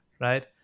right